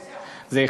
זה,